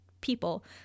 people